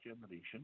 generation